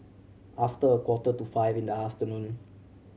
after a quarter to five in the afternoon